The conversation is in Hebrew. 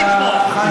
אל תתמוך,